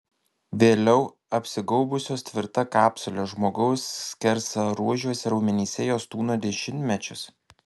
vėliau apsigaubusios tvirta kapsule žmogaus skersaruožiuose raumenyse jos tūno dešimtmečius